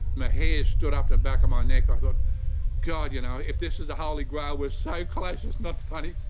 my hair stood up the back of my neck, i thought god you know if this is the holy grail we're so close it's not funny.